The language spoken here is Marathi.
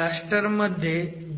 प्लास्टर मध्ये